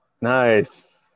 Nice